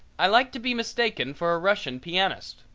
i like to be mistaken for a russian pianist.